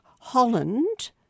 Holland